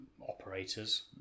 operators